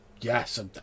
yes